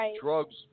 drugs